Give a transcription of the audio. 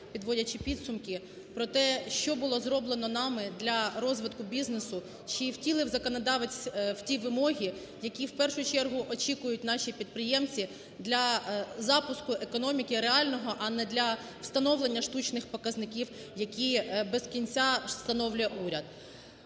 підводячи підсумки, про те, що було зроблено нами для розвитку бізнесу, чи втілив законодавець ті вимоги, які, в першу чергу очікують наші підприємці для запуску економіки реального, а не для встановлення штучних показників, які без кінця встановлює уряд.